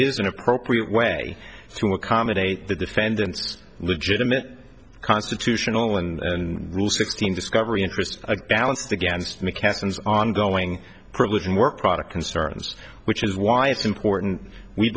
is an appropriate way to accommodate the defendants legitimate constitutional and rule sixteen discovery interest a balanced against mckesson is ongoing privilege and work product concerns which is why it's important we